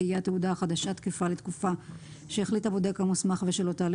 תהיה התעודה החדשה תקפה לתקופה שהחליט הבודק המוסמך ושלא תעלה